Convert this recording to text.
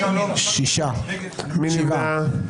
מי נמנע?